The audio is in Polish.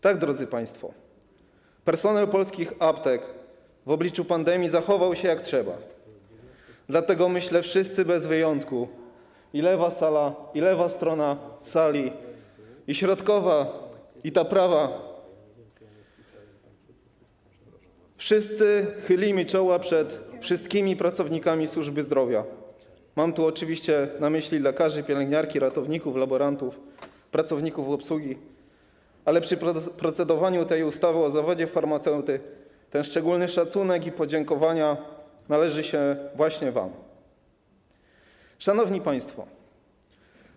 Tak, drodzy państwo, personel polskich aptek w obliczu pandemii zachował się, jak trzeba, dlatego, myślę, wszyscy bez wyjątku, i lewa strona sali, i środkowa, i ta prawa, chylimy czoła przed wszystkimi pracownikami służby zdrowia, mam tu oczywiście na myśli lekarzy, pielęgniarki, ratowników, laborantów, pracowników obsługi, ale przy procedowaniu nad ustawą o zawodzie farmaceuty szczególny szacunek i podziękowania należą się właśnie wam. Szanowni Państwo!